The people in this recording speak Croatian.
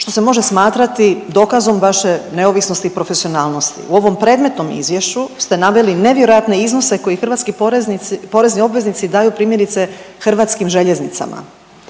što se može smatrati dokazom vaše neovisnosti i profesionalnosti. U ovom predmetnom Izvješću ste naveli nevjerojatne iznose koje hrvatski porezni obveznici daju, primjerice, HŽ-u. Dakle, milijarde